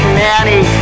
nanny